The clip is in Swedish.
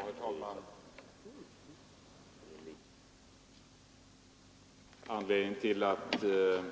Herr talman! Anledningen till att jag